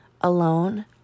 alone